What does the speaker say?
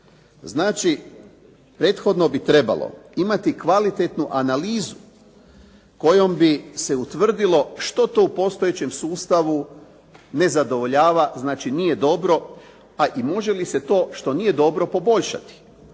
Znači prethodno bi trebalo imati kvalitetnu analizu kojom bi se utvrdilo što to u postojećem sustavu ne zadovoljava, znači nije dobro a i može li se to što nije dobro poboljšati